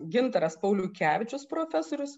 gintaras pauliukevičius profesorius